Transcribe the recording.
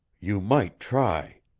you might try.